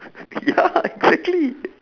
ya exactly